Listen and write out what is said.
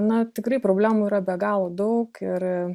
na tikrai problemų yra be galo daug ir